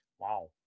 wow